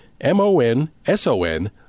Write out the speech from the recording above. M-O-N-S-O-N